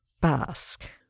basque